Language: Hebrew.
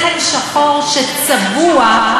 הוא לחם שחור שצבוע,